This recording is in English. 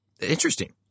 interesting